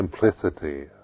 Simplicity